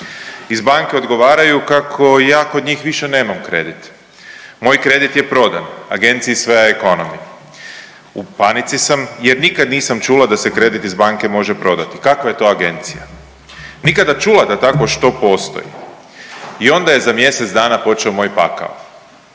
Iz banke odgovaraju kako ja kod njih više nemam kredit, moj kredit je prodan agenciji Svea ekonomi, u panici sam jer nikad nisam čula da se kredit iz banke može prodati, kakva je to agencija, nikada čula da takvo što postoji i onda je za mjesec dana počeo moj pakao,